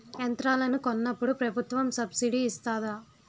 యంత్రాలను కొన్నప్పుడు ప్రభుత్వం సబ్ స్సిడీ ఇస్తాధా?